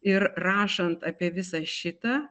ir rašant apie visą šitą